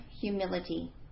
humility